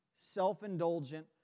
self-indulgent